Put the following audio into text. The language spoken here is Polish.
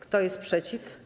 Kto jest przeciw?